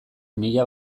mila